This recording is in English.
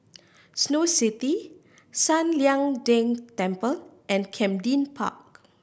Snow City San Lian Deng Temple and Camden Park